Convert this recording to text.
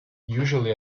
usually